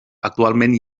actualment